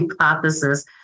hypothesis